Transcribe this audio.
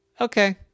okay